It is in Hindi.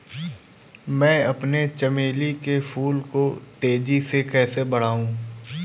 मैं अपने चमेली के फूल को तेजी से कैसे बढाऊं?